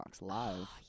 Live